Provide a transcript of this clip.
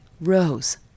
rose